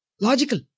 Logical